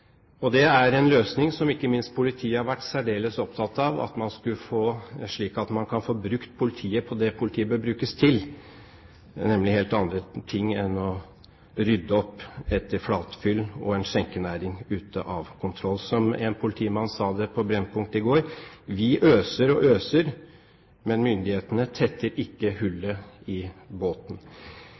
Det er en løsning som ikke minst politiet har vært særdeles opptatt av at man skulle få, slik at man kan få brukt politiet til det politiet bør brukes til, nemlig til helt andre ting enn å rydde opp etter flatfyll og en skjenkenæring ute av kontroll. Som en politimann sa på Brennpunkt i går: Vi øser og øser, men myndighetene tetter ikke hullet i båten.